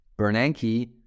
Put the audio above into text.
Bernanke